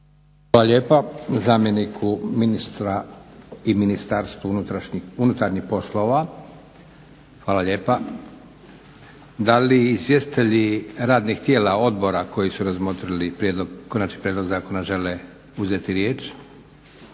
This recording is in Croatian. Hvala lijepa zamjeniku ministru i Ministarstvu unutarnjih poslova. Hvala lijepa. Da li izvjestitelji radnih tijela odbora koji su razmotrili prijedlog, konačni prijedlog